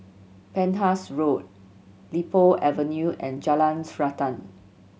Penhas Road Li Po Avenue and Jalan Srantan